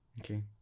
Okay